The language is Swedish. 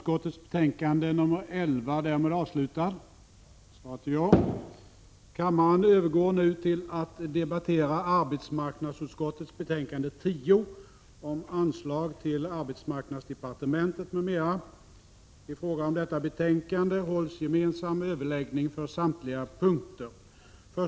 Kammaren övergår nu till att debattera arbetsmarknadsutskottets betänkande 10 om anslag till Arbetsmarknadsdepartementet m.m. I fråga om detta betänkande hålls gemensam överläggning för samtliga punkter.